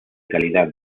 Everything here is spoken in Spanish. calidad